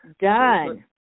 done